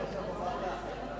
נתקבל.